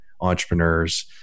entrepreneurs